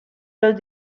los